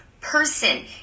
person